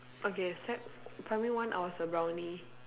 okay sec primary one I was a brownie